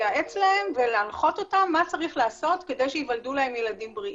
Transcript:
לייעץ להם ולהנחות אותם מה צריך לעשות כדי שייוולדו להם ילדים בריאים.